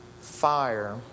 fire